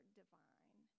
divine